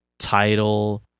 Title